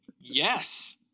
yes